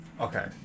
Okay